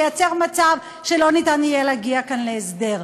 ליצור מצב שלא יהיה אפשר להגיע כאן להסדר.